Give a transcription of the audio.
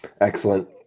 excellent